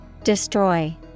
Destroy